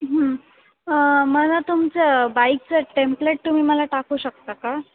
मला तुमचं बाईकचं टेम्पलेट तुम्ही मला टाकू शकता का